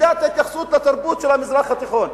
מידת ההתייחסות לתרבות של המזרח התיכון,